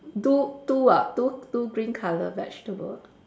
two two ah two two green colour vegetable